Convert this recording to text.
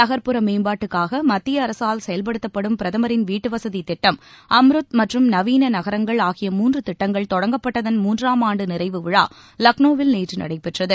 நகர்ப்புற மேம்பாட்டுக்காக மத்திய அரசால் செயல்படுத்தப்படும் பிரதமரின் வீட்டு வசதித்திட்டம் அம்ருத் மற்றும் நவீன நகரங்கள் ஆகிய மூன்று திட்டங்கள் தொடங்கப்பட்டதன் மூன்றாம் ஆண்டு நிறைவு விழா லக்னோவில் நேற்று நடைபெற்றது